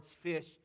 fish